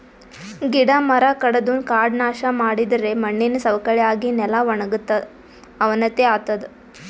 ಗಿಡ ಮರ ಕಡದು ಕಾಡ್ ನಾಶ್ ಮಾಡಿದರೆ ಮಣ್ಣಿನ್ ಸವಕಳಿ ಆಗಿ ನೆಲ ವಣಗತದ್ ಅವನತಿ ಆತದ್